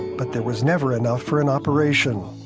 but there was never enough for an operation.